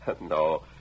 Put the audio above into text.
No